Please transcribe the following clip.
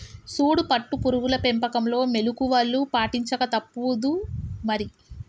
సూడు పట్టు పురుగుల పెంపకంలో మెళుకువలు పాటించక తప్పుదు మరి